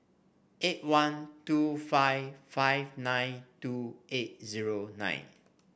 eight one two five five nine two eight zero nine